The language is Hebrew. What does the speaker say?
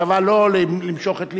במחשבה, לא למשוך את לבי,